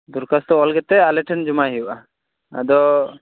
ᱫᱚᱨᱠᱷᱟᱥᱛᱷᱚ ᱚᱞ ᱠᱟᱛᱮ ᱟᱞᱮᱴᱷᱮᱡ ᱡᱚᱢᱟᱭ ᱦᱩᱭᱩᱜ ᱟ ᱟᱫᱚ